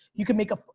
you can make a,